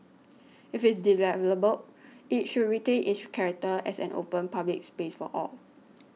if it's it should retain its character as an open public space for all